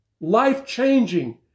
life-changing